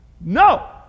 No